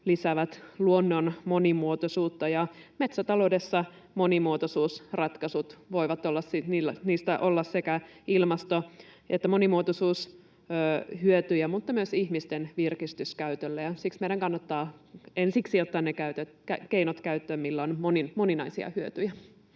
lisäävät luonnon monimuotoisuutta, ja metsätaloudessa monimuotoisuusratkaisuista voi olla sitten sekä ilmasto- että monimuotoisuushyötyjä mutta hyötyjä myös ihmisten virkistyskäytölle, ja siksi meidän kannattaa ensiksi ottaa käyttöön ne keinot, joilla on moninaisia hyötyjä.